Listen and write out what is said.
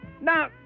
Now